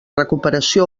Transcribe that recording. recuperació